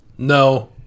No